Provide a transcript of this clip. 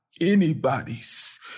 anybody's